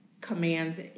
commands